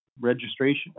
registration